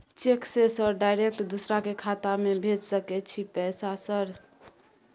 Cheque से sir direct दूसरा के खाता में भेज सके छै पैसा सर?